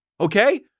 Okay